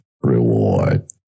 reward